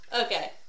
Okay